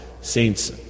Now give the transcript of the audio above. saints